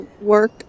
work